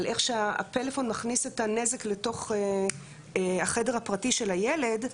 על איך שהפלאפון מכניס את הנזק לתוך החדר הפרטי של הילד,